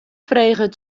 freget